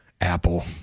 Apple